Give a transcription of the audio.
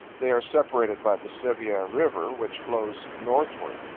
they are separated by the sevier river, which flows northward.